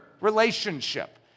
relationship